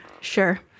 Sure